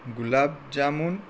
ગુલાબ જાંબુ